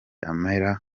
amera